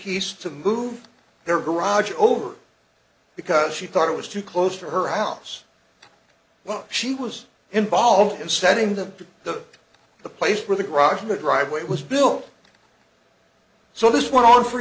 piece to move their garage over because she thought it was too close to her house but she was involved in setting them that the place where the garage her driveway was built so this went on for